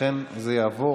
ולכן זה יעבור,